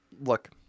look